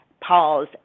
pause